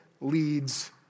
leads